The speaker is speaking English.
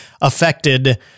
affected